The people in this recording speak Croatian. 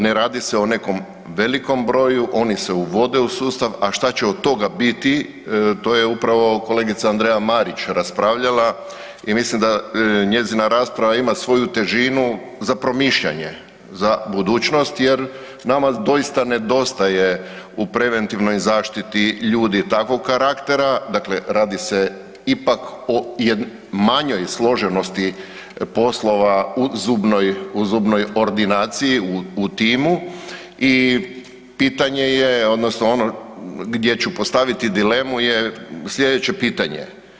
Ne radi se o nekom velikom broju, oni se uvode u sustav, a šta će od toga biti to je upravo kolegica Andreja Marić raspravljala i mislim da njezina rasprava ima svoju težinu za promišljanje za budućnost jer nama doista nedostaje u preventivnoj zaštiti ljudi takvog karaktera, dakle radi se ipak o manjoj složenosti poslova u zubnoj, u zubnoj ordinaciji u timu i pitanje je odnosno ono gdje ću postaviti dilemu je slijedeće pitanje.